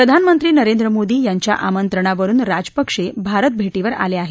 प्रधानमंत्री नरेंद्र मोदी यांच्या आमंत्रणावरून राजपक्षे भारत भेष्विर आले आहेत